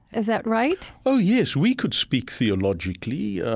is that right? oh, yes, we could speak theologically.